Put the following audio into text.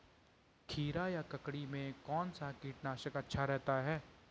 खीरा या ककड़ी में कौन सा कीटनाशक अच्छा रहता है?